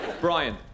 Brian